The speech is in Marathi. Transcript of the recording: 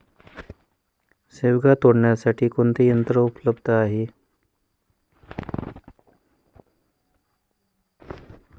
शेवगा तोडण्यासाठी कोणते यंत्र उपलब्ध आहे?